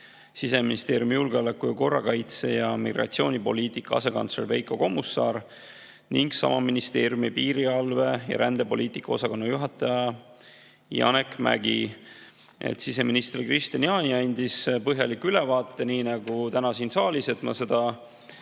Siseministeeriumi sisejulgeoleku‑, korrakaitse‑ ja migratsioonipoliitika asekantsler Veiko Kommusaar ning sama ministeeriumi piirivalve‑ ja rändepoliitika osakonna juhataja Janek Mägi. Siseminister Kristian Jaani andis põhjaliku ülevaate nii nagu täna siin saalis, ma seda